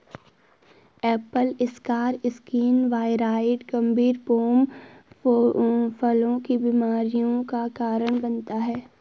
Apple scar skin viroid गंभीर pome फलों की बीमारियों का कारण बनता है